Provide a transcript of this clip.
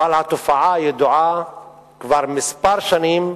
אבל התופעה ידועה כבר כמה שנים,